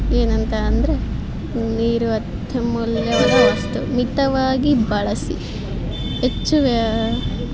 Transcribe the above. ಏನಂತ ಅಂದರೆ ನೀರು ಅತ್ಯಮೂಲ್ಯವಾದ ವಸ್ತು ಮಿತವಾಗಿ ಬಳಸಿ ಹೆಚ್ಚು ವ್ಯಯ